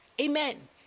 Amen